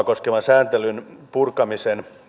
koskevan sääntelyn purkamisen